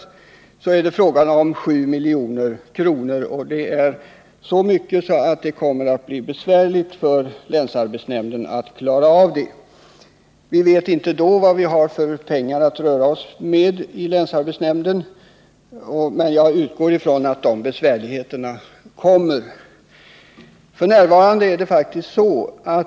Kostnaderna härför uppgår till 7 milj.kr., och det blir svårt för länsarbetsnämnden att ta det beloppet ur det